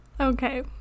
okay